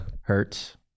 Hertz